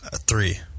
Three